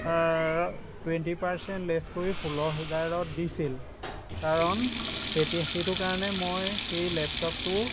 twenty percent less কৰি ষোল্ল হেজাৰত দিছিল সেইটো কাৰণে মই সেই লেপটপটো